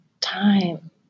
time